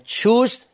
choose